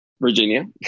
Virginia